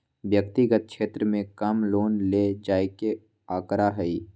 व्यक्तिगत क्षेत्र में कम लोन ले जाये के आंकडा हई